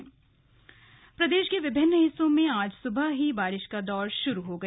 slug मौसम प्रदेश के विभिन्न हिस्सों में आज सुबह से ही बारिश का दौर शुरू हो गया